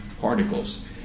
particles